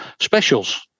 specials